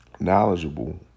knowledgeable